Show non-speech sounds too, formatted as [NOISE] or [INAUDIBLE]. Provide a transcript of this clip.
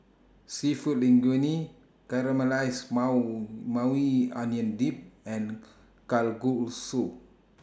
Seafood Linguine Caramelized [UNINTELLIGIBLE] Maui Onion Dip and Kalguksu